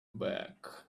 back